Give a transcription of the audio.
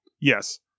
Yes